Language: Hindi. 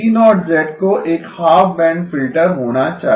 G0 को एक हाफ बैंड फिल्टर होना चाहिए